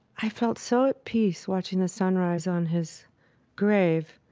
i felt so at peace watching the sun rise on his grave